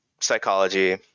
psychology